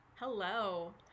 Hello